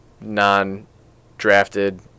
non-drafted